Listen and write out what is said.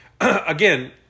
Again